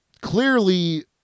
Clearly